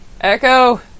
Echo